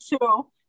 two